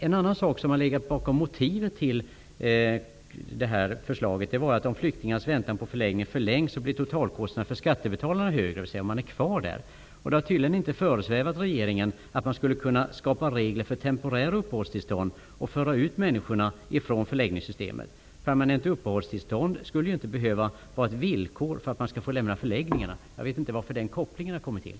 En annan sak som legat bakom motivet till det här förslaget är att om flyktingars väntan på förläggning förlängs, blir totalkostnaderna för skattebetalarna högre. Det har tydligen inte föresvävat regeringen att man skulle kunna skapa regler för temporära uppehållstillstånd och föra ut människorna från förläggningssystemet. Permanenta upphållstillstånd skall inte behöva vara ett villkor för att man skall få lämna förläggningarna. Jag vet inte varför den kopplingen har kommit till.